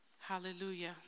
Hallelujah